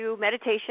meditation